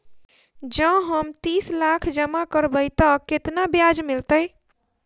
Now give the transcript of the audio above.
जँ हम तीस लाख जमा करबै तऽ केतना ब्याज मिलतै?